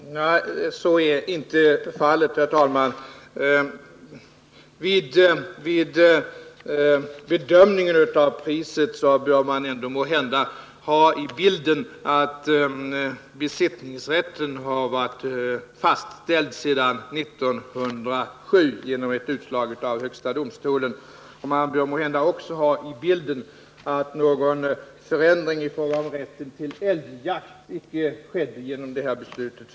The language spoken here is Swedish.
Herr talman! Så är inte fallet. Vid bedömningen av priset bör man måhända ha med i bilden att besittningsrätten har varit fastställd sedan 1907 genom ett utslag av högsta domstolen. Man bör måhända också ha med i bilden att någon förändring i fråga om rätten till älgjakt icke skedde genom äganderättsbeslutet.